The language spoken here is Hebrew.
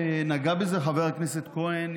נגע בזה חבר הכנסת כהן,